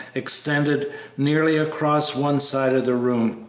extended nearly across one side of the room.